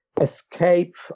escape